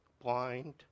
blind